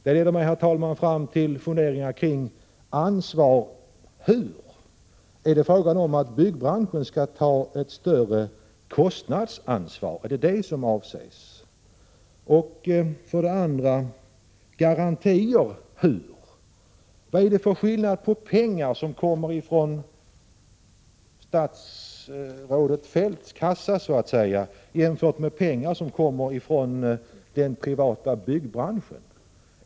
Det leder fram till funderingar kring ansvar: Är det meningen att byggbranschen skall ta ett större kostnadsansvar eller vad är det som avses? Och garantier: Vad är det för skillnad mellan pengar som kommer från statsrådet Feldts kassa och pengar från den privata byggbranschen?